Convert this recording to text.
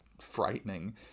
frightening